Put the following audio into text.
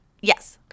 yes